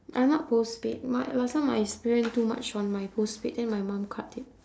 I am not postpaid my last time I spent too much on my postpaid then my mum cut it